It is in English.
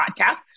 podcast